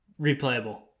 replayable